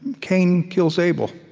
cain kills abel.